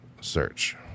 Search